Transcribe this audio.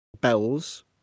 Bells